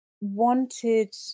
wanted